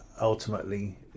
ultimately